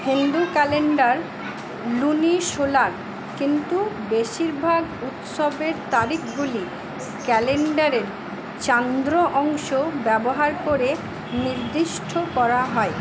Hindu calendar lunisolar কিন্তু বেশিরভাগ উৎসবের তারিখগুলি ক্যালেন্ডারের চান্দ্র অংশ ব্যবহার করে নির্দিষ্ট করা হয়